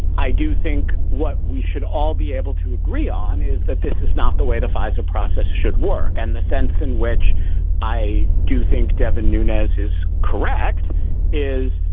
i do think what we should all be able to agree on is that this is not the way the fisa process should work. and the sense in which i do think devin nunez is correct is,